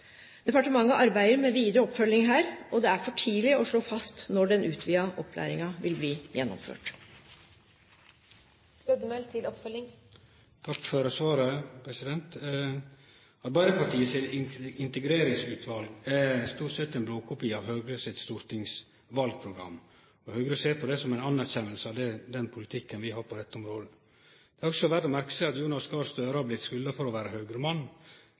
Departementet arbeider med vidare oppfølging her, og det er for tidleg å slå fast når den utvida opplæringa vil bli gjennomført. Takk for svaret. Arbeidarpartiet sitt integreringsutval er stort sett ein blåkopi av Høgre sitt stortingsvalprogram. Høgre ser på det som ei anerkjenning av den politikken vi har på dette området. Det er også verdt å merke seg at Jonas Gahr Støre har blitt skulda for å vere